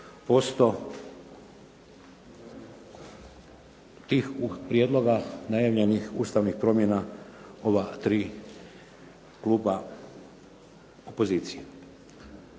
i 95% tih prijedloga najavljenih ustavnih promjena ova tri kluba opozicije.